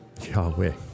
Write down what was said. Yahweh